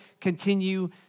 continue